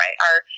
right